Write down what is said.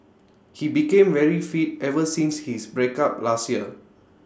he became very fit ever since his breakup last year